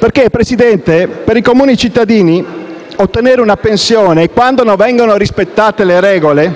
Signora Presidente, per i comuni cittadini, ottenere una pensione quando non vengono rispettate le regole